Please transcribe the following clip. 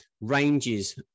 ranges